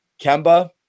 kemba